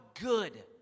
good